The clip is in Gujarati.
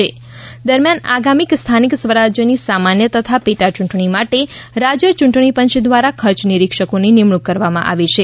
ખર્ચ નિરીક્ષકો દરમિયાન આગામી સ્થાનિક સ્વરાજની સામાન્ય તથા પેટા ચૂંટણી માટે રાજય ચૂંટણી પંચ દ્વારા ખર્ચ નિરીક્ષકોની નિમણૂક કરવામાં આવી છે